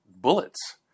bullets